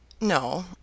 No